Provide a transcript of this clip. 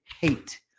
hate